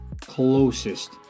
closest